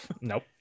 nope